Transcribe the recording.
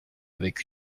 avec